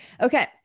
Okay